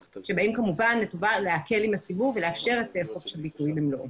שכמובן באים להקל עם הציבור ולאפשר את חופש הביטוי במלואו.